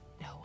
No